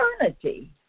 eternity